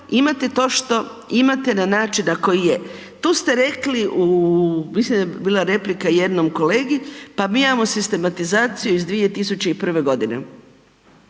imate to što imate na način na koji je. Tu ste rekli u, mislim da je bila replika jednom kolegi, pa mi imamo sistematizaciju iz 2001.g.,